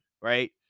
right